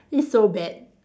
it's so bad